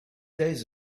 days